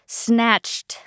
snatched